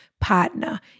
partner